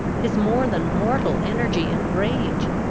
his more than mortal energy and rage,